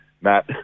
Matt